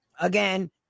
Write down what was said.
Again